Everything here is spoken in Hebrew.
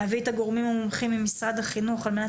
להביא את הגורמים המומחים ממשרד החינוך על מנת